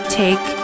take